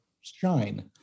shine